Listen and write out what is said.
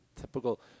typical